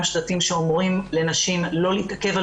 גם שלטים שאומרים לנשים לא להתעכב על